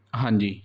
ਹਾਂਜੀ